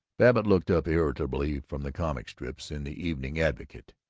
babbitt looked up irritably from the comic strips in the evening advocate.